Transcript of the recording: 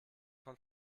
von